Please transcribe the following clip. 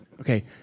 okay